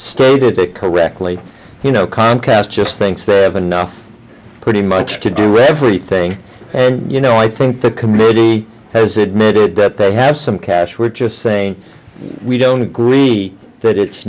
stated it correctly you know comcast just thinks they have enough pretty much to do everything and you know i think the committee has admitted that they have some cash we're just saying we don't agree that it's